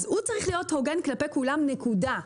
אז הוא צריך להיות הוגן כלפי כולם, נקודה.